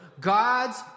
God's